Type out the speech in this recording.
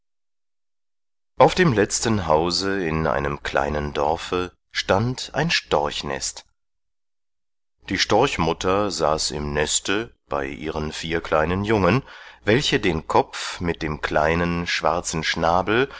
auf dem letzten hause in einem kleinen dorfe stand ein storchnest die storchmutter saß im neste bei ihren vier kleinen jungen welche den kopf mit dem kleinen schwarzen schnabel